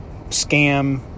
scam